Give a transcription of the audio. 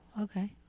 Okay